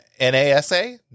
NASA